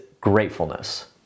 gratefulness